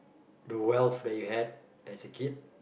the wealth that you had as a kid